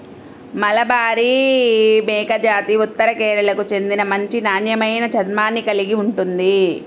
మలబారి మేకజాతి ఉత్తర కేరళకు చెందిన మంచి నాణ్యమైన చర్మాన్ని కలిగి ఉంటుంది